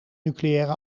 nucleaire